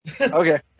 Okay